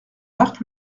marc